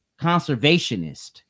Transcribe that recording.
conservationist